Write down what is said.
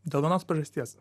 dėl vienos priežasties